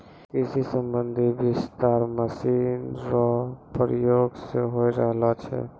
कृषि संबंधी विस्तार मशीन रो प्रयोग से भी होय रहलो छै